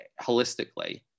holistically